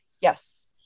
Yes